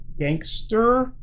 gangster